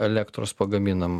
elektros pagaminam